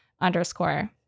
underscore